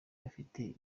bafite